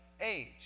age